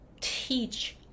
teach